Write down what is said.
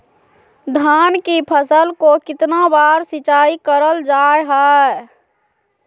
धान की फ़सल को कितना बार सिंचाई करल जा हाय?